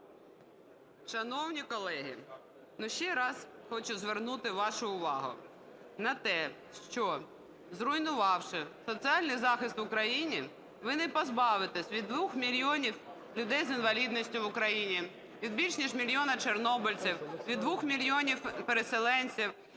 Шановні колеги, ще раз хочу звернути вашу увагу на те, що, зруйнувавши соціальний захист в Україні, ви не позбавитеся від 2 мільйонів людей з інвалідністю в Україні, від більше ніж мільйона чорнобильців, від 2 мільйонів переселенців,